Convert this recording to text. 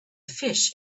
fish